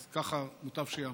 אז ככה מוטב שייאמר.